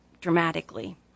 dramatically